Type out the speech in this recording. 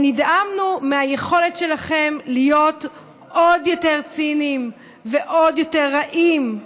נדהמנו מהיכולת שלכם להיות עוד יותר ציניים ועוד יותר רעים.